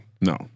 No